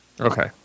Okay